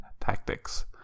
tactics